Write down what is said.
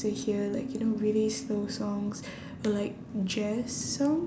to hear like you know really slow songs like jazz song